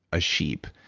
a sheep.